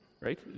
Right